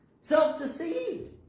Self-deceived